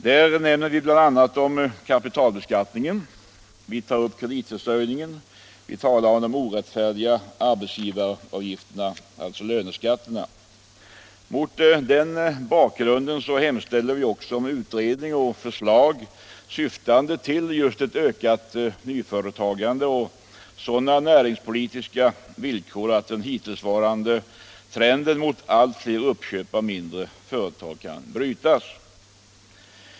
Vi omnämner bl.a. sådant som kapitalbeskattning, kreditförsörjning och de orättfärdiga arbetsgivaravgifterna, dvs. löneskatterna. Mot den bakgrunden hemställer vi också om utredning och förslag syftande till just ett ökat nyföretagande och sådana näringspolitiska villkor att den hittillsvarande trenden mot allt fler uppköp av mindre företag kan brytas.